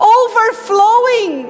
overflowing